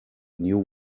new